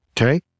Okay